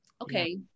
okay